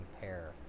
pair